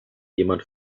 jemand